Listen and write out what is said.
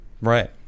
Right